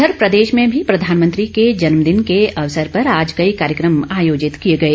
इधर प्रदेश में भी प्रधानमंत्री के जन्मदिन के अवसर पर आज कई कार्यक्रम आयोजित किए गए